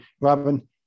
Robin